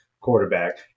quarterback